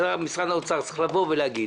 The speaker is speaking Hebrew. משרד האוצר היה צריך להגיד: